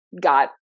got